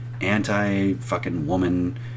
anti-fucking-woman